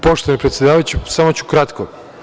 Poštovani predsedavajući, samo ću kratko.